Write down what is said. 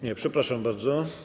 Nie, przepraszam bardzo.